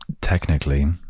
technically